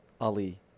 Ali